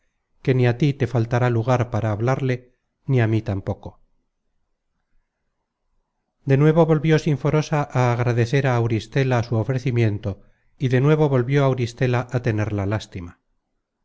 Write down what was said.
que ni á tí te faltará lugar para hablarle ni á mí tampoco content from google book search generated at de nuevo volvió sinforosa á agradecer á auristela su ofrecimiento y de nuevo volvió auristela á tenerla lástima